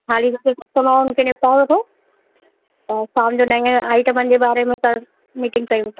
हाली जेसिताईं कस्टमरनि खां रिस्पोंस वठो त शाम जो नएं आईटमनि जे बारे में त मीटिंग कयूं था